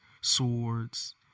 swords